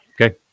Okay